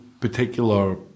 particular